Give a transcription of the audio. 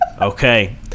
Okay